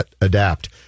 adapt